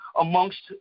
amongst